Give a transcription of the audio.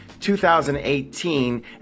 2018